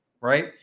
Right